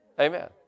Amen